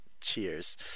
cheers